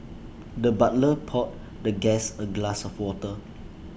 the butler poured the guest A glass of water